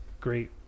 great